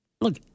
Look